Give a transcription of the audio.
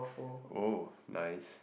oh nice